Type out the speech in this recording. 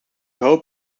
hoop